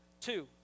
Two